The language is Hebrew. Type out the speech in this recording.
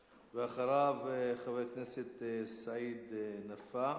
ואחריו, חבר הכנסת סעיד נפאע,